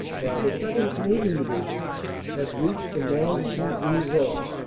while the second. canadian division had reached the mons givry road,